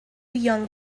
young